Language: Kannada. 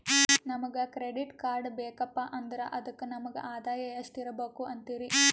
ನಮಗ ಕ್ರೆಡಿಟ್ ಕಾರ್ಡ್ ಬೇಕಪ್ಪ ಅಂದ್ರ ಅದಕ್ಕ ನಮಗ ಆದಾಯ ಎಷ್ಟಿರಬಕು ಅಂತೀರಿ?